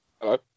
Hello